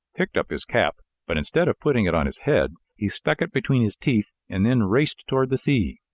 picked up his cap but instead of putting it on his head, he stuck it between his teeth and then raced toward the sea.